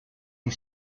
you